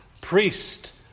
priest